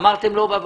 אמרתם לא בא בחשבון.